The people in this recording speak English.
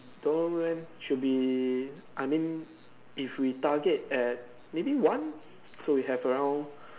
don't know should be I mean if we target at maybe one so we have around